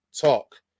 talk